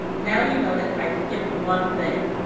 now you notice i skipped one thing.